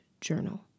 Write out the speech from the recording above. journal